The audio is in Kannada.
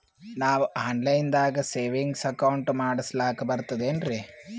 ನಾವು ಆನ್ ಲೈನ್ ದಾಗ ಸೇವಿಂಗ್ಸ್ ಅಕೌಂಟ್ ಮಾಡಸ್ಲಾಕ ಬರ್ತದೇನ್ರಿ?